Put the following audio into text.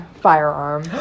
firearm